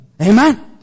Amen